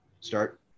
start